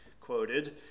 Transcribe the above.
quoted